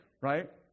right